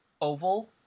oval